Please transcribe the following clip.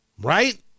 Right